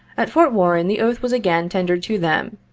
at fort warren the oath was again tendered to them,